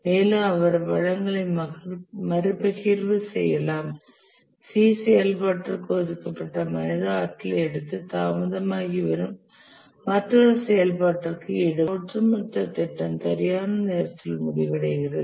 மேலும் அவர் வளங்களை மறுபகிர்வு செய்யலாம் C செயல்பாட்டிற்கு ஒதுக்கப்பட்ட மனித ஆற்றலை எடுத்து தாமதமாகி வரும் மற்றொரு செயல்பாட்டிற்கு ஈடுபடுத்தலாம் இதனால் ப்ராஜெக்டின் ஒட்டுமொத்த திட்டம் சரியான நேரத்தில் முடிவடைகிறது